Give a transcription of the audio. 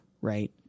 Right